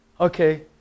okay